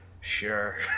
sure